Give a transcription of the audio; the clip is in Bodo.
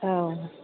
औ